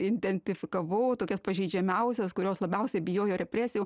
identifikavau tokias pažeidžiamiausias kurios labiausiai bijojo represijų